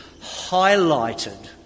highlighted